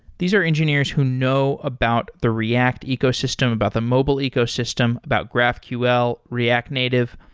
these are engineers who know about the react ecosystem, about the mobile ecosystem, about graphql, react native.